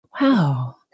wow